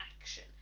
action